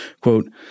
quote